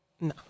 No